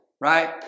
right